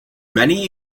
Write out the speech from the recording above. many